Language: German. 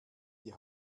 die